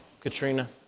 Katrina